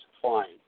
flying